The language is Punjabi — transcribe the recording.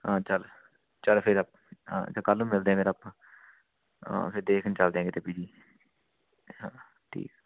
ਹਾਂ ਚੱਲ ਚੱਲ ਫਿਰ ਆ ਹਾਂ ਚੱਲ ਕੱਲ੍ਹ ਨੂੰ ਮਿਲਦੇ ਹਾਂ ਫਿਰ ਆਪਾਂ ਹਾਂ ਫਿਰ ਦੇਖਣ ਚਲਦੇ ਹਾਂ ਕਿਤੇ ਪੀਜੀ ਹਾਂ ਠੀਕ